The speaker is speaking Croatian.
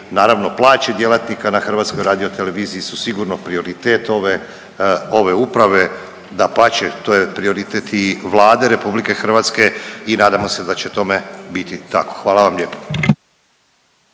Naravno plaće djelatnika na HRT-u su sigurno prioritet ove, ove uprave, dapače to je prioritet i Vlade RH i nadamo se da će tome biti tako. Hvala vam lijepo.